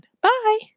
Bye